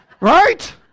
Right